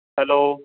hello